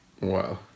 Wow